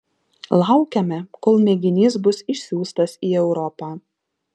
laukiame kol mėginys bus išsiųstas į europą